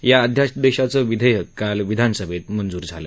या अध्यादेशाचं विधेयक काल विधानसभेनं मंजूर केलं